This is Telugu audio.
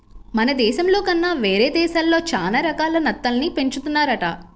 మన దేశంలో కన్నా వేరే దేశాల్లో చానా రకాల నత్తల్ని పెంచుతున్నారంట